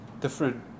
different